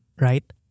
right